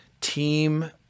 team